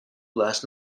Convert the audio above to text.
last